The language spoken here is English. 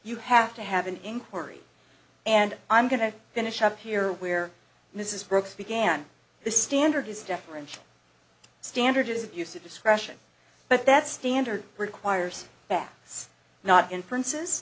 you have to have an inquiry and i'm going to finish up here where mrs brooks began the standard is deferential standard is abuse of discretion but that standard requires that it's not inferences